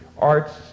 arts